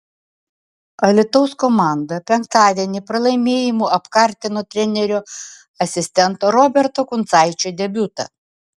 alytaus komanda penktadienį pralaimėjimu apkartino trenerio asistento roberto kuncaičio debiutą